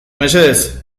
mesedez